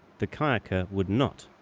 the kayaker would not,